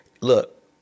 look